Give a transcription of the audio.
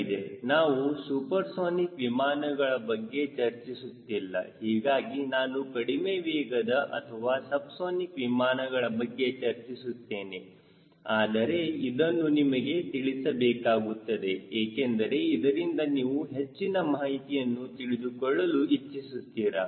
ನಾವು ಸೂಪರ್ಸೋನಿಕ್ ವಿಮಾನಗಳ ಬಗ್ಗೆ ಚರ್ಚಿಸುತ್ತಿಲ್ಲ ಹೀಗಾಗಿ ನಾನು ಕಡಿಮೆ ವೇಗದ ಅಥವಾ ಸಬ್ಸಾನಿಕ್ವಿಮಾನಗಳ ಬಗ್ಗೆ ಚರ್ಚಿಸುತ್ತೇನೆ ಆದರೆ ಇದನ್ನು ನಿಮಗೆ ತಿಳಿಸಬೇಕಾಗುತ್ತದೆ ಏಕೆಂದರೆ ಇದರಿಂದ ನೀವು ಹೆಚ್ಚಿನ ಮಾಹಿತಿಯನ್ನು ತಿಳಿದುಕೊಳ್ಳಲು ಇಚ್ಛಿಸುತ್ತೀರಾ